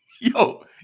Yo